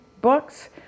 books